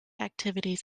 activities